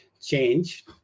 change